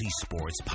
sports